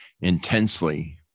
intensely